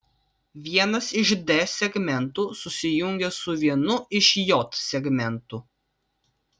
vienas iš d segmentų susijungia su vienu iš j segmentų